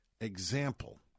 example